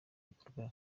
bikorwa